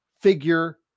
figure